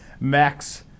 Max